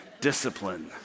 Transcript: Discipline